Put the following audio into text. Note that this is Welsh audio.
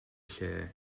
lle